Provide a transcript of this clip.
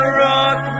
rock